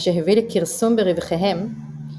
מה שהביא לכרסום ברווחיהם,